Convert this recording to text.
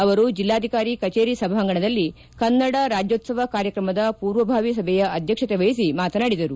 ಅವರು ಜಿಲ್ಲಾಧಿಕಾರಿ ಕಚೇರಿ ಸಭಾಂಗಣದಲ್ಲಿ ಕನ್ನಡ ರಾಜ್ಯೋತ್ಸವ ಕಾರ್ಯತ್ರಮದ ಪೂರ್ವಜಾವಿ ಸಭೆಯ ಅಧ್ಯಕ್ಷತೆ ಮಹಿಸಿ ಮಾತನಾಡಿದರು